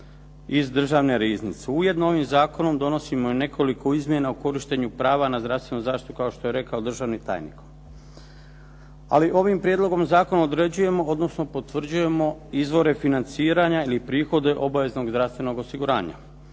iz državne riznice. Ujedno ovim zakonom donosimo i nekoliko izmjena o korištenju prava na zdravstvenu zaštitu kao što je rekao državni tajnik. Ali ovim prijedlogom zakona određujemo, odnosno potvrđujemo izvore financiranja ili prihode obaveznog zdravstvenog osiguranja.